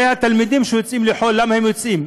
הרי התלמידים שיוצאים לחו"ל, למה הם יוצאים?